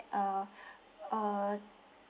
uh uh